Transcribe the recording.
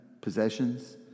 possessions